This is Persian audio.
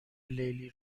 لیلی